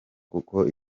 kuko